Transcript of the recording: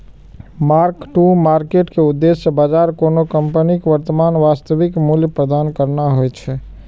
mark to market के उद्देश्य बाजार कोनो कंपनीक वर्तमान वास्तविक मूल्य प्रदान करना होइ छै